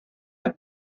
have